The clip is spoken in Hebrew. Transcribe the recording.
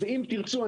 ואם תרצו,